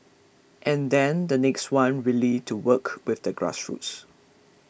and then the next one really to work with the grassroots